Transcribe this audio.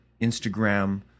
Instagram